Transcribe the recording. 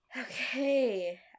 Okay